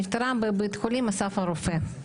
היא נפטרה בבית החולים אסף הרופא.